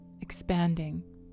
expanding